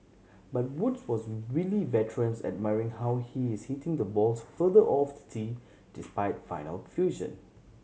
but Woods was wily veterans admiring how he is hitting the balls further off the tee despite final fusion